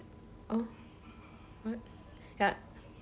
what ya~